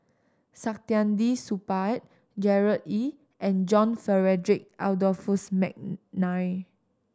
Saktiandi Supaat Gerard Ee and John Frederick Adolphus McNair